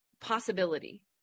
possibility